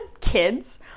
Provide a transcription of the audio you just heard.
kids